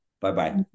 bye-bye